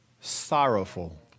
sorrowful